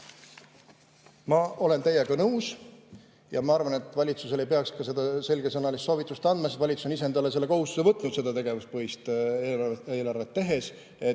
Ma olen teiega nõus. Ma arvan, et valitsusele ei peaks seda selgesõnalist soovitust andma, sest valitsus on ise endale selle kohustuse võtnud seda tegevuspõhist eelarvet tehes.